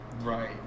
Right